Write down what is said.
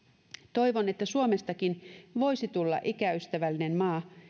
toivon että suomestakin voisi tulla ikäystävällinen maa